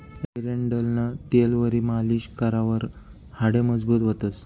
एरंडेलनं तेलवरी मालीश करावर हाडे मजबूत व्हतंस